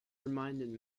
reminded